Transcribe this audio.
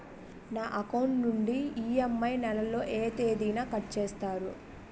నా అకౌంట్ నుండి ఇ.ఎం.ఐ నెల లో ఏ తేదీన కట్ చేస్తారు?